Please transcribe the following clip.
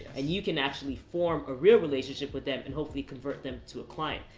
and you can actually form a real relationship with them and hopefully convert them to a client.